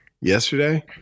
yesterday